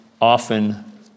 often